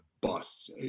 busts